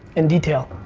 in detail.